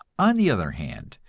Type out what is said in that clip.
on the other hand,